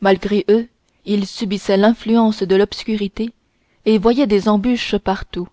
malgré eux ils subissaient l'influence de l'obscurité et voyaient des embûches partout